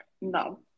no